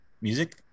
music